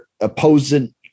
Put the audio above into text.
opposing